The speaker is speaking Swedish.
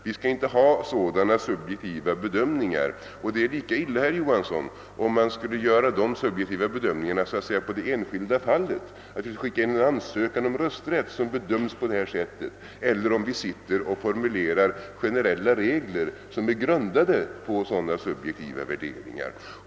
Vi skall inte ha sådana subjektiva bedömningar och det är lika illa, herr Johansson, om dessa subjektiva bedömningar skulle avse det enskilda fallet — dvs. om an sökan om rösträtt skulle skickas in och sedan bedömas på det här sättet — eller om vi formulerar generella regler som grundar sig på subjektiva värderingar.